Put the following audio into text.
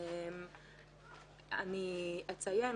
אני אציין